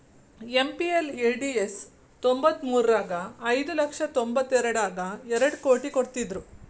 MPLADS ತ್ತೊಂಬತ್ಮುರ್ರಗ ಐದು ಲಕ್ಷ ತೊಂಬತ್ತೆಂಟರಗಾ ಎರಡ್ ಕೋಟಿ ಕೊಡ್ತ್ತಿದ್ರು